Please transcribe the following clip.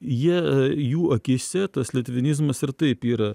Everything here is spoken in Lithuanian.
jie jų akyse tas litvinizmas ir taip yra